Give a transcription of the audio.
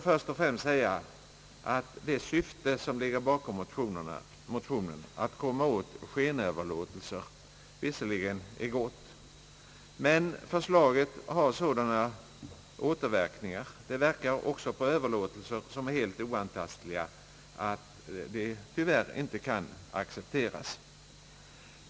Först vill jag då säga att det syfte som ligger bakom motionen — att komma åt skenöverlåtelser — visserligen är gott men att förslaget har verkningar också på överlåtelser som är helt oantastliga. Därför kan det tyvärr inte accepteras.